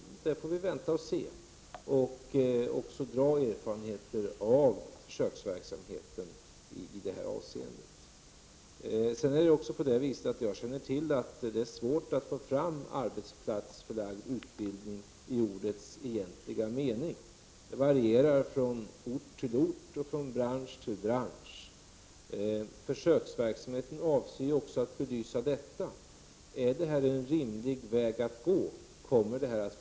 Vi får vänta och se samt även dra erfarenheter av försöksverksamheten i detta avseende. Jag känner också till att det är svårt att få fram arbetsplatsförlagd utbildning i ordets egentliga mening. Det varierar från ort till ort och från bransch till bransch. Försöksverksamheten avser också att belysa detta. Är detta en rimlig väg att gå, kommer detta att fungera?